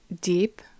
deep